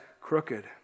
crooked